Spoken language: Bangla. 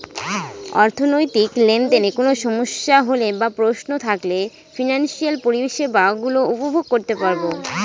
অর্থনৈতিক লেনদেনে কোন সমস্যা হলে বা প্রশ্ন থাকলে ফিনান্সিয়াল পরিষেবা গুলো উপভোগ করতে পারবো